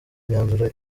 imyanzuro